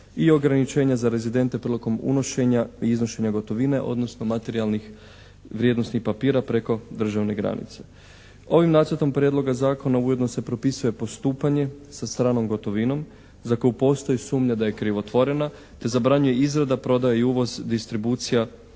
i ograničenja za rezidente prilikom unošenja i iznošenja gotovine, odnosno materijalnih vrijednosnih papira preko državne granice. Ovim nacrtom prijedloga zakona ujedno se propisuje postupanje sa stranom gotovinom za koju postoji sumnja da je krivotvorena te zabranjuje izrada prodaje i uvoz distribucija